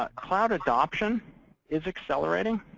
ah cloud adoption is accelerating,